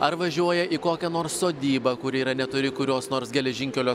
ar važiuoja į kokią nors sodybą kuri yra netoli kurios nors geležinkelio